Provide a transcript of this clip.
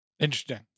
Interesting